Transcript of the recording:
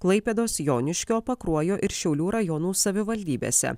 klaipėdos joniškio pakruojo ir šiaulių rajonų savivaldybėse